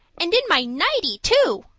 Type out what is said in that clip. and in my nighty too.